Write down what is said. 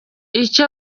ico